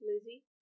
Lizzie